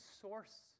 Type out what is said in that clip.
source